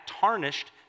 tarnished